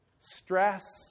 stress